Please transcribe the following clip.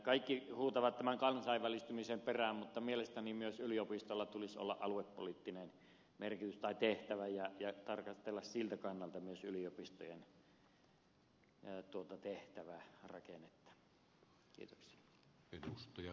kaikki huutavat tämän kansainvälistymisen perään mutta mielestäni yliopistoilla tulisi olla myös aluepoliittinen tehtävä ja tulisi tarkastella siltä kannalta myös yliopistojen tehtävärakennetta